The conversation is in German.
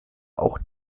auch